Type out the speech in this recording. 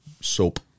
soap